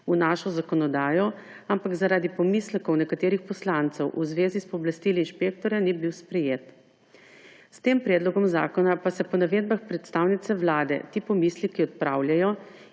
v našo zakonodajo, ampak zaradi pomislekov nekaterih poslancev v zvezi s pooblastili inšpektorja ni bil sprejet. S tem predlogom zakona pa se po navedbah predstavnice Vlade ti pomisleki odpravljajo